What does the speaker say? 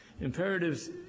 imperatives